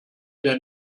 der